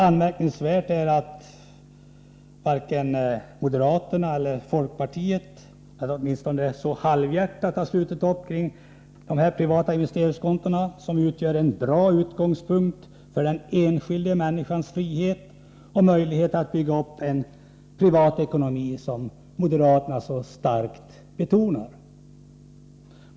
Anmärkningsvärt är att de andra borgerliga partierna så halvhjärtat har slutit upp kring de privata investeringskontona, som utgör en bra utgångspunkt för den enskilda människans frihet och möjlighet att bygga upp en privat ekonomi, som moderaterna så starkt betonar.